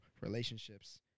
relationships